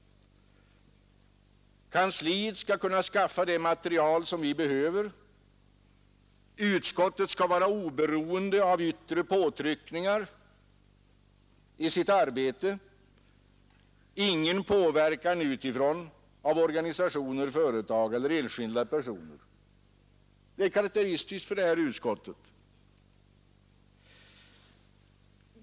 Kansliet skall kunna skaffa fram det material som vi behöver. Utskottet skall vara oberoende av yttre påtryckningar i sitt arbete och inte vara utsatt för påverkan utifrån av organisationer, företag eller enskilda personer. Det är karakteristiskt för detta utskott.